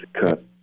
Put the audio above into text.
cut